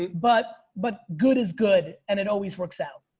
but but good is good. and it always works out.